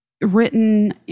written